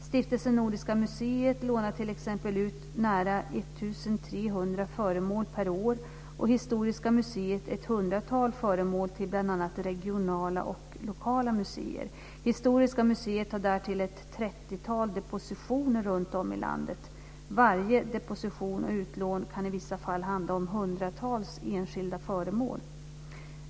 Stiftelsen Nordiska museet lånar t.ex. ut nära 1 300 föremål per år och Historiska museet ett hundratal föremål till bl.a. regionala och lokala museer. Historiska museet har därtill ett trettiotal depositioner runtom i landet. Varje deposition och utlån kan i vissa fall handla om hundratals enskilda föremål.